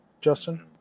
Justin